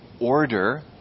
order